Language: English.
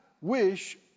wish